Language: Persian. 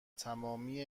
تمامی